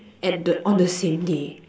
at the on the same day